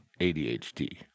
adhd